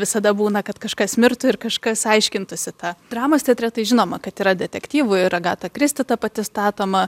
visada būna kad kažkas mirtų ir kažkas aiškintųsi tą dramos teatre tai žinoma kad yra detektyvų ir agata kristi ta pati statoma